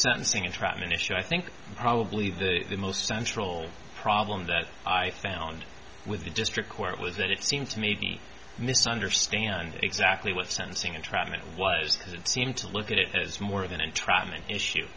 sentencing entrapment issue i think probably the most central problem that i found with the district court was that it seemed to me misunderstand exactly what the sentencing entrapment was because it seemed to look at it as more than entrapment issue